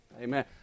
Amen